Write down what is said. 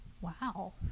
Wow